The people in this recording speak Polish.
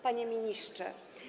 Panie Ministrze!